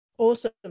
Awesome